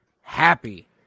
happy